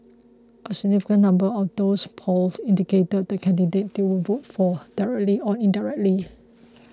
a significant number of those polled indicated the candidate they would vote for directly or indirectly